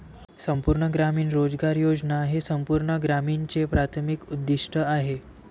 संपूर्ण ग्रामीण रोजगार योजना हे संपूर्ण ग्रामीणचे प्राथमिक उद्दीष्ट आहे